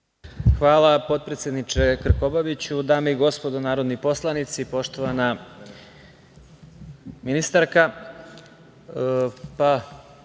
Hvala, potpredsedniče Krkobabiću. Dame i gospodo narodni poslanici, poštovana ministarka,